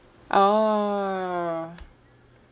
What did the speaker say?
orh